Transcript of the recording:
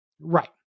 Right